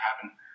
happen